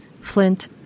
flint